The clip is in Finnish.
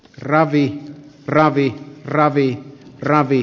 ravi ravi ravi ravi